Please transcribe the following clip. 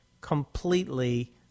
completely